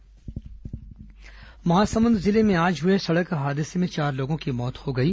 दुर्घटना महासमुंद जिले में आज हुए एक सड़क हादसे में चार लोगों की मौत हो गई